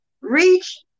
reach